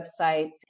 websites